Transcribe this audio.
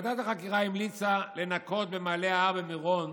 ועדת החקירה המליצה לנקות במעלה ההר במירון